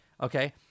okay